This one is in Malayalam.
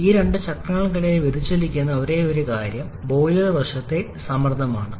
ഈ രണ്ട് ചക്രങ്ങൾക്കിടയിൽ വ്യതിചലിക്കുന്ന ഒരേയൊരു കാര്യം ബോയിലർ വശത്തെ സമ്മർദ്ദമാണ്